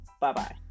bye-bye